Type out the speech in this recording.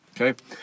Okay